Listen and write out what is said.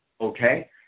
Okay